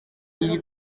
iri